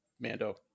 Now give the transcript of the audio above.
Mando